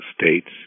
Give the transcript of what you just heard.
states